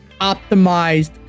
optimized